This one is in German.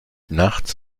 nachts